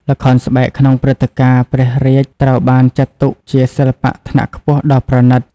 ល្ខោនស្បែកក្នុងព្រឹត្តិការណ៍ព្រះរាជត្រូវបានចាត់ទុកជាសិល្បៈថ្នាក់ខ្ពស់ដ៏ប្រណីត។